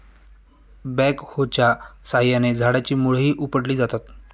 बॅकहोच्या साहाय्याने झाडाची मुळंही उपटली जातात